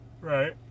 Right